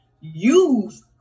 use